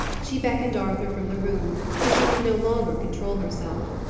she beckoned arthur from the room, for she could no longer control herself.